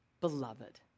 beloved